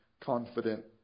confident